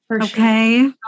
Okay